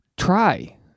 try